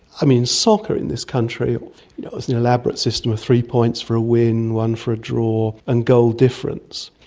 i mean, soccer in this country, there you know is an elaborate system of three points for a win, one for a draw, and goal difference.